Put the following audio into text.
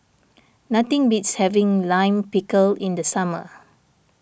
nothing beats having Lime Pickle in the summer